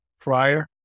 prior